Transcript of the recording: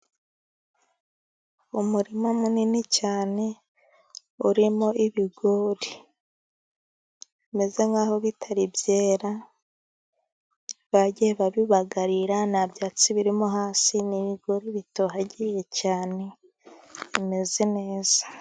Umurima munini cyane urimo ibigori bimeze nkaho bitari byera bagiye babibagarira nta byatsi birimo hasi. Ni ibigori bitohagiye cyane bimeze neza.